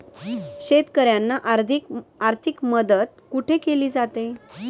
शेतकऱ्यांना आर्थिक मदत कुठे केली जाते?